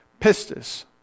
Pistis